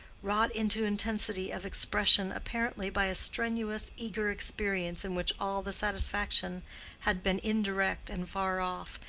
wrought into intensity of expression apparently by a strenuous eager experience in which all the satisfaction had been indirect and far off,